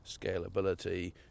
scalability